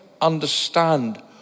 understand